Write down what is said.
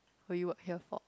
will you work here for